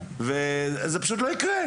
זה פשוט לא יקרה.